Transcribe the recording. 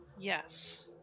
Yes